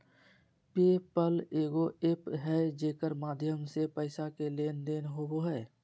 पे पल एगो एप्प है जेकर माध्यम से पैसा के लेन देन होवो हय